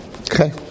Okay